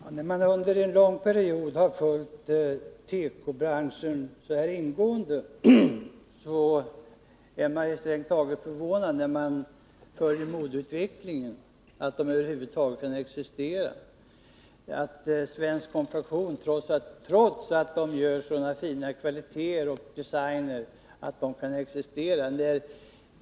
Herr talman! När man under en lång period har följt tekobranschen så ingående som jag har gjort är man strängt taget förvånad över att industrin över huvud taget kan överleva. När man följer modeutvecklingen förvånas man över att svensk konfektion, trots att den har mycket fin kvalitet och god design, kan existera.